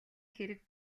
хэрэг